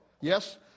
Yes